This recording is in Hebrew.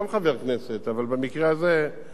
אבל במקרה הזה חברי הכנסת מהסיעות